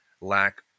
lack